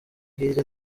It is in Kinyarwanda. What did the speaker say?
hirya